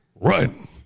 Run